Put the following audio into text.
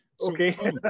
okay